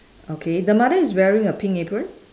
okay the mother is wearing a pink apron